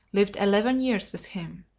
lived eleven years with him.